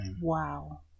Wow